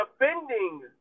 defending